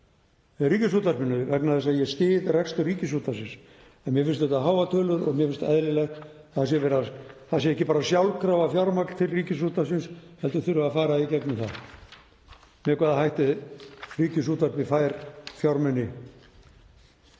Ríkisútvarpinu vegna þess að ég skil rekstur Ríkisútvarpsins en mér finnst þetta háar tölur og mér finnst eðlilegt að það sé ekki bara sjálfkrafa fjármagn til Ríkisútvarpsins heldur þurfi að fara í gegnum það með hvaða hætti Ríkisútvarpið fær fjármuni.